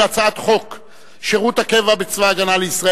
ב' התשע"א, 30 בחודש מרס 2011 למניינם.